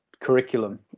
curriculum